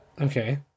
Okay